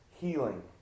healing